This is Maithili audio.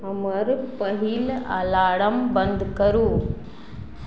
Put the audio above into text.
हमर पहिल अलार्म बन्द करू